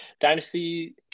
dynasty